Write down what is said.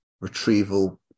retrieval